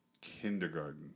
kindergarten